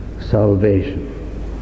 salvation